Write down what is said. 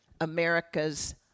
America's